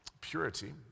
Purity